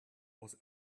was